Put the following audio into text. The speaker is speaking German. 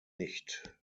nicht